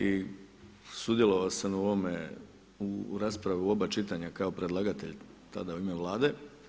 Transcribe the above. I sudjelovao sam u ovome, u raspravi u oba čitanja kao predlagatelj tada u ime Vlade.